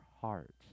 heart